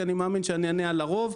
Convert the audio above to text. כי אני מאמין שאני אענה על הרוב.